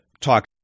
talk